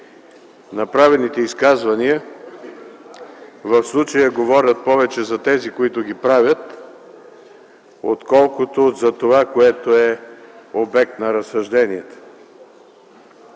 направените изказвания в случая говорят повече за тези, които ги правят, отколкото за това, което е обект на разсъжденията.